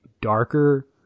darker